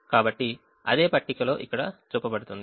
కాబట్టి అదే పట్టికలో ఇక్కడ చూపబడుతుంది